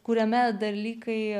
kuriame dalykai